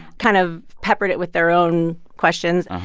kind of peppered it with their own questions.